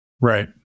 Right